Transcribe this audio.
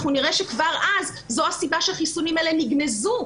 אנחנו נראה שכבר אז זו הסיבה שחיסונים אלה נגנזו.